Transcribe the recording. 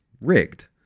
rigged